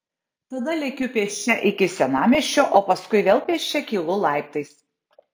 tada lekiu pėsčia iki senamiesčio o paskui vėl pėsčia kylu laiptais